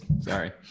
Sorry